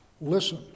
Listen